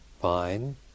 fine